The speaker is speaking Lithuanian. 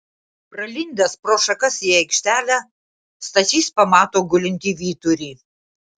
pralindęs pro šakas į aikštelę stasys pamato gulintį vyturį